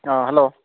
ꯑꯥ hello